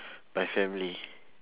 my family